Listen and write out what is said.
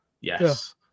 Yes